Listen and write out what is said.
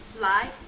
Lie